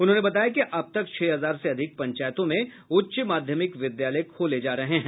उन्होंने बताया कि अब तक छह हजार से अधिक पंचातयों में उच्च माध्यमिक विद्यालय खोले जा चूके हैं